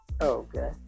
Okay